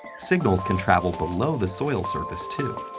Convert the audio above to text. signals can travel below the soil surface, too.